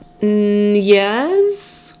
yes